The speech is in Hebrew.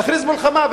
להכריז מלחמה,